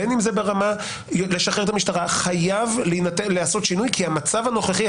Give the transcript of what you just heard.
בין אם זה ברמה לשחרר את המשטרה חייב להיעשות שינוי כי המצב הנוכחי,